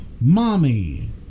Mommy